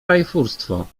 rajfurstwo